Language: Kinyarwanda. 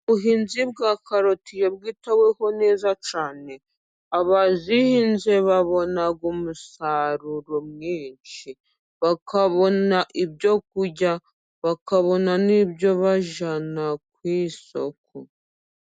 Ubuhinzi bwa karoti iyo bwitaweho neza cyane, abazihinze babona umusaruro mwinshi, bakabona ibyo kurya, bakabona n'ibyo bajyana ku isoko.